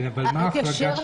אני אסביר.